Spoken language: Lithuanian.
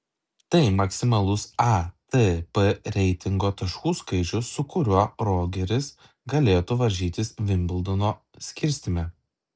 tai maksimalus atp reitingo taškų skaičius su kuriuo rogeris galėtų varžytis vimbldono skirstyme